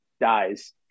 dies